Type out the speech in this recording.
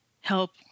help